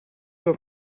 will